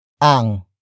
Ang